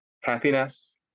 happiness